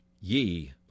Ye